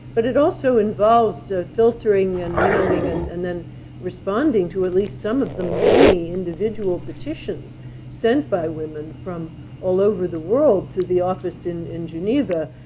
but it also involves filtering and winnowing and and then responding to at least some of the many individual petitions sent by women from all over the world to the office in in geneva.